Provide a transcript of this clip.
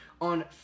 On